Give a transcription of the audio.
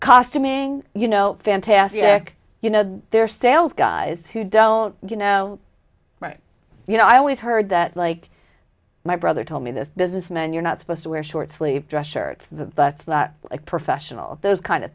costuming you know fantastic you know their sales guys who don't you know you know i always heard that like my brother told me this business man you're not supposed to wear short sleeved dress shirts but a professional those kind of